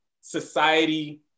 society